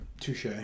Touche